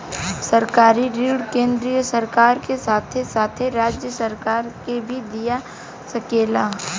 सरकारी ऋण केंद्रीय सरकार के साथे साथे राज्य सरकार के भी दिया सकेला